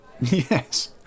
Yes